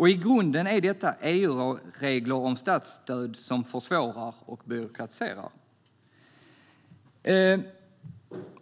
I grunden är detta EU-regler om statsstöd som försvårar och byråkratiserar.